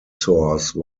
source